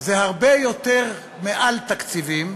זה הרבה יותר מעל תקציבים,